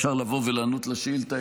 אפשר לבוא ולענות על השאילתה,